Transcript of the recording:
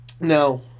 Now